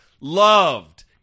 loved